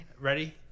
Ready